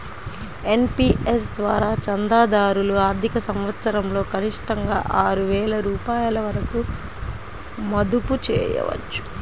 NPS ద్వారా చందాదారులు ఆర్థిక సంవత్సరంలో కనిష్టంగా ఆరు వేల రూపాయల వరకు మదుపు చేయవచ్చు